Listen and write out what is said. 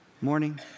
morning